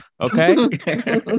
Okay